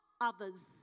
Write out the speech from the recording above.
others